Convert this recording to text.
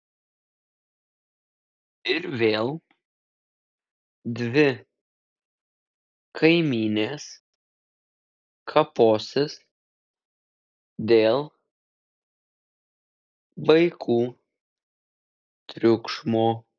ir vėl dvi kaimynės kaposis dėl vaikų triukšmo